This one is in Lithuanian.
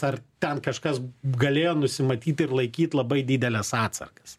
ar ten kažkas galėjo nusimatyt ir laikyt labai dideles atsargas